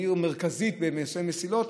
היא עיר מרכזית בנושא מסילות,